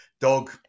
dog